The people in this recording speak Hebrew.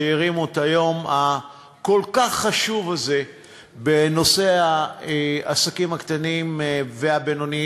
על שהרימו את היום הכל-כך חשוב הזה בנושא העסקים הקטנים והבינוניים,